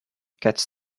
cats